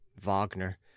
Wagner